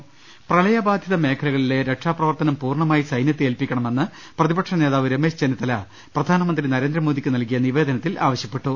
പ രദ്ദേഷ്ടങ പ്രളയബാധിത മേഖലകളിലെ രക്ഷാപ്രവർത്തനം പൂർണ്ണമായി സൈന്യത്തെ ഏൽപ്പിക്കണമെന്ന് പ്രതിപക്ഷ നേതാവ് രമേശ് ചെന്നിത്തല പ്രധാനമന്ത്രി നരേന്ദ്രമോദിക്ക് നൽകിയ നിവേദനത്തിൽ ആവശ്യപ്പെട്ടു